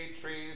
trees